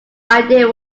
idea